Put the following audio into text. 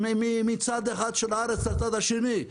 מצד אחד של הארץ לצד השני.